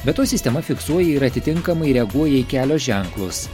be to sistema fiksuoja ir atitinkamai reaguoja į kelio ženklus